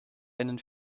einen